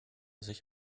sich